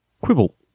Quibble